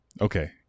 okay